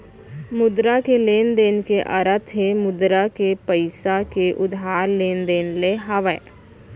मुद्रा के लेन देन के अरथ हे मुद्रा के पइसा के उधार लेन देन ले हावय